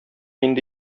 инде